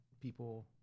people